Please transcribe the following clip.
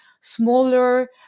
smaller